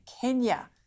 Kenya